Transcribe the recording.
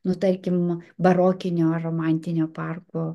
nu tarkim barokinio romantinio parko